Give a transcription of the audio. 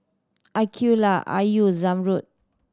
Aqeelah Ayu Zamrud